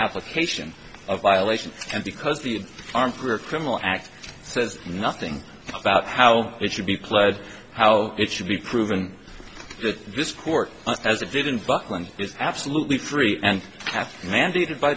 application of violation and because the arm for a criminal act says nothing about how it should be pled how it should be proven that this court as it did in buckland is absolutely free and have mandated by